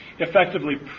effectively